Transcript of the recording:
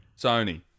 Sony